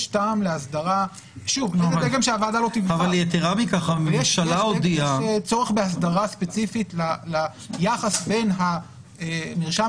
יש טעם להסדרה ושוב --- יש צורך בהסדרה ספציפית ליחס בין מרשם